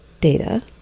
data